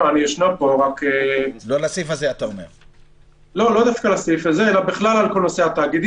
רוצה לדבר לאו דווקא על הסעיף הזה אלא בכלל על כל נושא התאגידים.